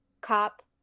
Cop